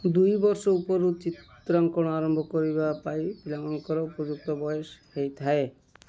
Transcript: ଦୁଇ ବର୍ଷ ଉପରୁ ଚିତ୍ରାଙ୍କନ ଆରମ୍ଭ କରିବା ପାଇଁ ପିଲାମାନଙ୍କର ଉପଯୁକ୍ତ ବୟସ ହେଇଥାଏ